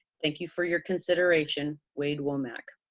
thank you for your consideration, wade womack.